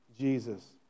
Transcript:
Jesus